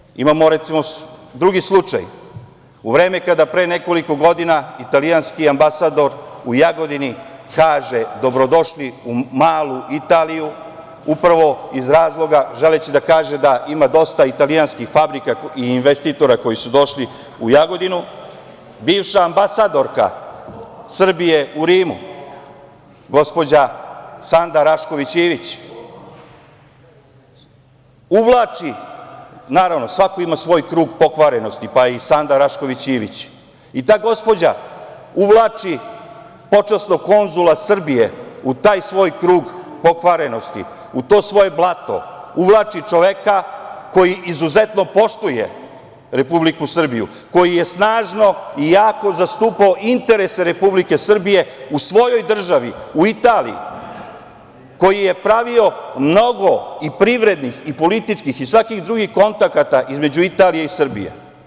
Setimo se, imamo, recimo, drugi slučaj, u vreme kada pre nekoliko godina italijanski ambasador u Jagodini kaže – dobrodošli u malu Italiju, upravo iz razloga želeći da kaže da ima dosta italijanskih fabrika i investitora koji su došli u Jagodinu, bivša ambasadorka Srbije u Rimu, gospođa Sanda Rašković Ivić, uvlači, naravno, svako ima svoj krug pokvarenosti, pa i Sanda Rašković Ivić, i ta gospođa uvlači počasnog konzula Srbije u taj svoj krug pokvarenosti, u to svoje blato, uvlači čoveka koji izuzetno poštuje Republiku Srbiju, koji je snažno i jako zastupao interese Republike Srbije u svojoj državi, u Italiji, koji je pravio mnogo i privrednih i političkih i svakih drugih kontakata između Italije i Srbije.